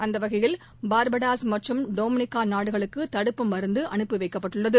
அந்தவகையில் பார்படோஸ் மற்றும் டொமினிக்காநாடுகளுக்குதடுப்பு மருந்துஅனுப்பப்பட்டுள்ளது